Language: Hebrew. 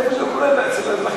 אז זה,